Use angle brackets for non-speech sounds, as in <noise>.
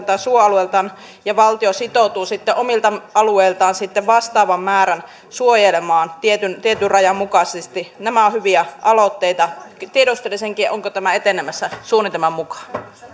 <unintelligible> tai suoalueitaan ja valtio sitoutuu sitten omilta alueiltaan vastaavan määrän suojelemaan tietyn tietyn rajan mukaisesti nämä ovat hyviä aloitteita tiedustelisinkin onko tämä etenemässä suunnitelman mukaan